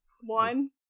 One